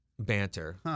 Banter